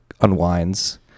unwinds